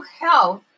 health